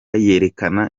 yerekana